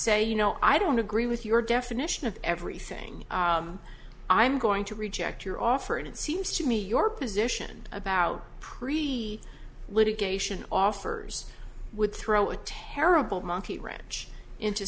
say you know i don't agree with your definition of everything i'm going to reject your offer and it seems to me your position about pre litigation offers would throw a terrible monkey wrench into